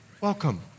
welcome